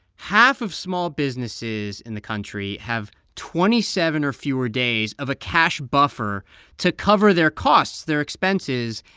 half of small businesses in the country have twenty seven or fewer days of a cash buffer to cover their costs, their expenses,